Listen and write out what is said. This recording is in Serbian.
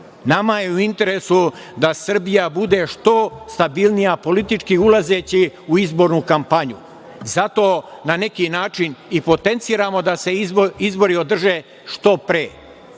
Nama je u interesu da Srbija bude što stabilnija politički ulazeći u izbornu kampanju. Zato na neki način i potenciramo da se izbori održe što pre,